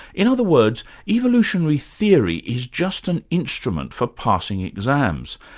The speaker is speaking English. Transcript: in other words, evolutionary theory is just an instrument for passing exams,